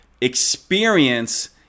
experience